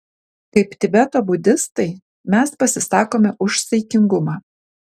kaip tibeto budistai mes pasisakome už saikingumą